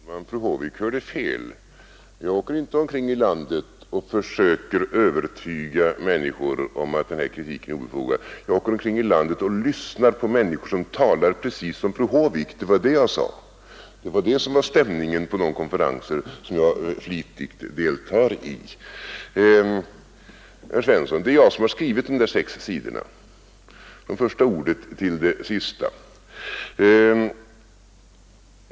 Fru talman! Fru Håvik hörde fel. Jag åker inte omkring i landet och försöker övertyga människor om att den här kritiken är obefogad. Jag åker omkring i landet och lyssnar på människor som talar precis som fru Håvik. Det var vad jag sade och sådan är stämningen på de konferenser som jag flitigt deltar i. Herr Svensson, det är jag som skrivit de sex sidorna, från det första ordet till det sista.